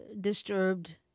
disturbed